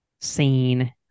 seen